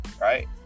right